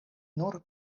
nur